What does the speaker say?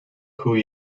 hoe